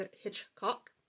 Hitchcock